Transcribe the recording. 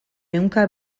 ehunka